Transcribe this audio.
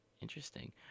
Interesting